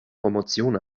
promotion